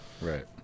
right